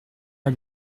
pas